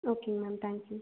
okay ma'am thank you